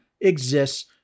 exists